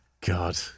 God